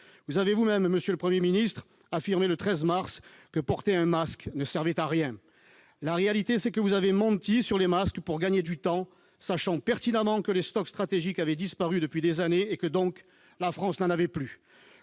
? Le 13 mars, monsieur le Premier ministre, vous avez vous-même affirmé que porter un masque ne servait à rien. La réalité, c'est que vous avez menti sur les masques pour gagner du temps, sachant pertinemment que les stocks stratégiques avaient disparu depuis des années et que la France n'en avait plus.